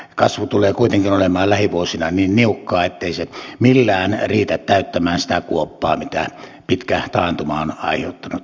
kasvu tulee kuitenkin olemaan lähivuosina niin niukkaa ettei se millään riitä täyttämään sitä kuoppaa minkä pitkä taantuma on aiheuttanut